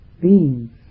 beings